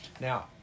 now